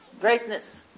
greatness